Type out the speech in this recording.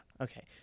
Okay